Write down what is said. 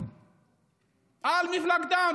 על מפלגתם.